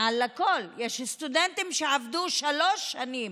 מעל הכול, יש סטודנטים שעבדו שלוש שנים